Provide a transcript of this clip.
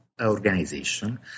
organization